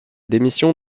démission